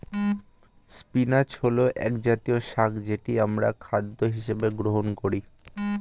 spinach হল একজাতীয় শাক যেটি আমরা খাদ্য হিসেবে গ্রহণ করি